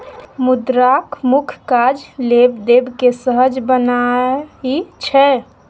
मुद्राक मुख्य काज लेब देब केँ सहज बनेनाइ छै